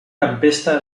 tempesta